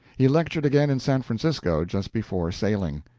he lectured again in san francisco just before sailing.